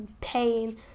pain